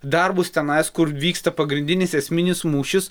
darbus tenais kur vyksta pagrindinis esminis mūšis